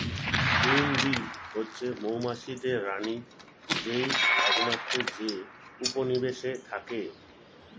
queen bee হচ্ছে মৌমাছিদের রানী যেই একমাত্র যে উপনিবেশে থাকে